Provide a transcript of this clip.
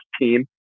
team